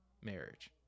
marriage